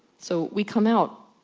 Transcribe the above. so, we come out